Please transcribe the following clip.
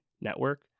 network